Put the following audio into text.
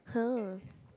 !huh!